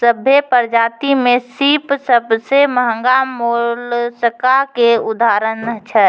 सभ्भे परजाति में सिप सबसें महगा मोलसका के उदाहरण छै